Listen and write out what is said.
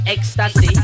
Ecstasy